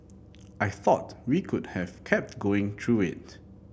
I thought we could have kept going through it